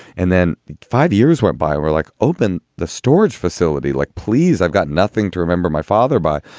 and then five years went by. we're like, open the storage facility like, please, i've got nothing to remember my father by,